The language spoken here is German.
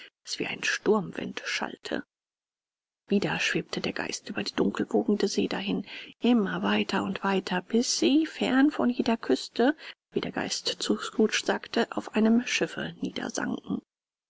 das wie ein sturmwind schallte wieder schwebte der geist über die dunkelwogende see dahin immer weiter und weiter bis sie fern von jeder küste wie der geist zu scrooge sagte auf einem schiffe